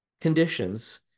conditions